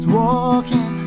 walking